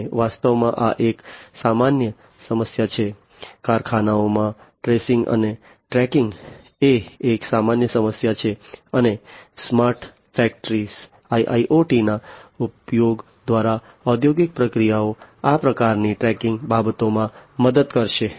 અને વાસ્તવમાં આ એક સામાન્ય સમસ્યા છે કારખાનાઓમાં ટ્રેસિંગ અને ટ્રેકિંગ એ એક સામાન્ય સમસ્યા છે અને સ્માર્ટ ફેક્ટરી IIoT ના ઉપયોગ દ્વારા ઔદ્યોગિક પ્રક્રિયાઓ આ પ્રકારની ટ્રેકિંગ બાબતોમાં મદદ કરશે